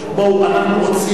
אנחנו רוצים,